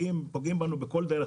פוגעים בנו בכל דרך.